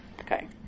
Okay